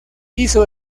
hizo